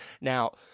now